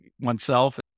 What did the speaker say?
oneself